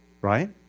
Right